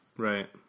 Right